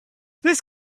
this